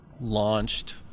launched